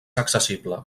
accessible